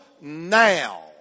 now